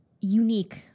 unique